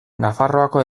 nafarroako